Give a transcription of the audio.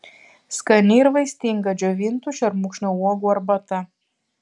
skani ir vaistinga džiovintų šermukšnio uogų arbata